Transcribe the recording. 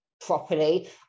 properly